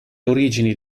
origini